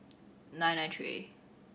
nine nine three